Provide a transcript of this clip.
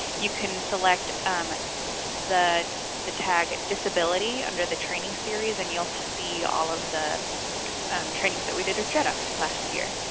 you can select um the the tag disability under the training series, and you'll see all of the trainings that we did with dredf last year